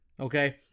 Okay